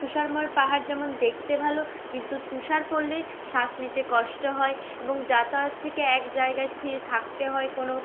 তুষারময় পাহাড় যেমন দেখতে ভালো কিন্তু তুষার পড়লে শ্বাস নিতে কষ্ট হয় এবং যাতায়াত থেকে এক জায়গায় স্থির থাকতে হয় কোনো